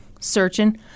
searching